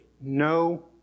no